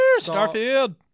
Starfield